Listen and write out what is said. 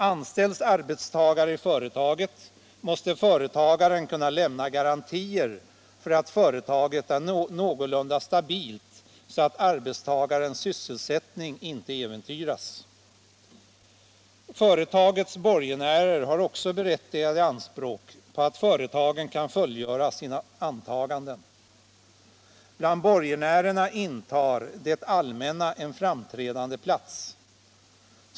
Anställs arbetstagare i företaget, måste företagaren kunna lämna garantier för att företaget är någorlunda stabilt så att arbetstagarens sysselsättning inte äventyras. Företagets borgenärer har också berättigade anspråk på att företagen kan fullgöra sina åtaganden. Bland borgenärerna intar det allmänna en framträdande plats.